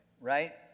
right